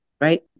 right